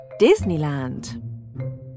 Disneyland